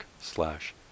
slash